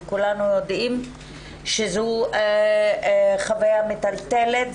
כולנו יודעים שזו חוויה מטלטלת,